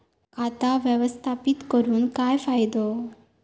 खाता व्यवस्थापित करून काय फायदो?